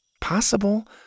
Possible